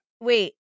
Wait